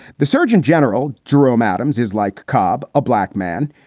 the surgeon general, jerome adams, is like cobb, a black man.